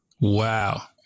Wow